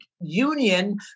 union